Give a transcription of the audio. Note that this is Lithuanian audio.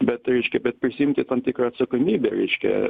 bet reiškia bet prisiimti tam tikrą atsakomybę reiškia